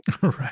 Right